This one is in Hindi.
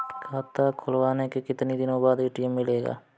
खाता खुलवाने के कितनी दिनो बाद ए.टी.एम मिलेगा?